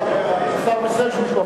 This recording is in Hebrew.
השר מיסז'ניקוב,